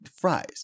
fries